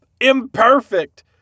imperfect